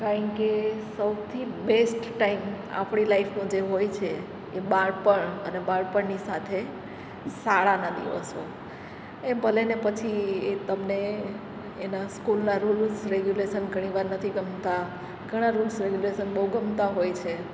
કારણકે સૌથી best time આપણી લાઇફનો જે હોય છે એ બાળપણ અને બાળપણની સાથે શાળાના દિવસો એ ભલે ને પછી એ તમને એનાં સ્કૂલના રુલ્સ રેગ્યુલેશન ઘણીવાર નથી ગમતાં ઘણા રુલ્સ રેગ્યુલેશન બહુ ગમતાં હોય છે